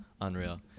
Unreal